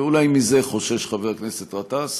ואולי מזה חושש חבר הכנסת גטאס,